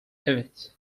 evet